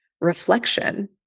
reflection